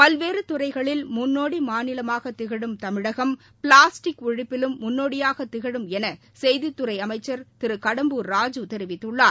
பல்வேறு துறைகளில் முன்னோடி மாநிலமாகத் திகழும் தமிழகம் பிளாஸ்டிக் ஒழிப்பிலும் முன்னோடியாகத் திகழும் என செய்தித் துறை அமைச்சர் திரு கடம்பூர் ராஜூ தெரிவித்துள்ளார்